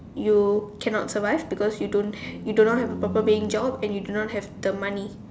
you cannot survive because you don't you do not have a proper paying job and you do not have the money